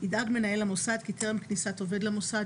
ידאג מנהל המוסד כי טרם כניסת עובד למוסד,